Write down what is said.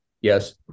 Yes